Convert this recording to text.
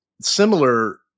similar